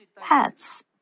pets